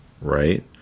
right